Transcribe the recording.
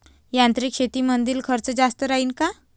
यांत्रिक शेतीमंदील खर्च जास्त राहीन का?